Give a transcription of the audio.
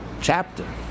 chapter